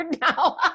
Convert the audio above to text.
now